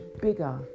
bigger